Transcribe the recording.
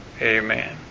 Amen